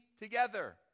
together